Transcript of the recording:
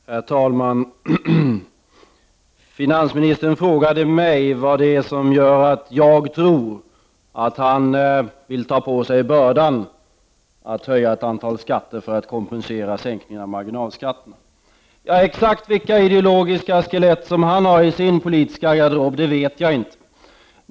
Herr talman! Finansministern frågade mig vad det är som gör att jag tror att han vill ta på sig bördan av att höja ett antal skatter för att kompensera sänkningen av marginalskatten. Exakt vilka ideologiska skelett han har i sin politiska garderob vet jag inte.